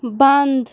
بنٛد